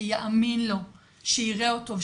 שיאמין לו ושיראה אותו.